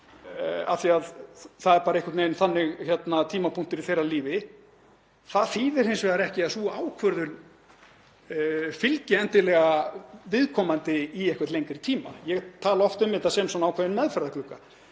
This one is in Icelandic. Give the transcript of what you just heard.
af því að það er bara einhvern veginn þannig tímapunktur í þeirra lífi. Það þýðir hins vegar ekki að sú ákvörðun fylgi endilega viðkomandi í lengri tíma. Ég tala oft um þetta sem ákveðinn meðferðarglugga.